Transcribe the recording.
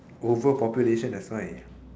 overpopulation that's why